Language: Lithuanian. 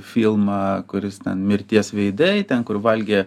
filmą kuris ten mirties veidai ten kur valgė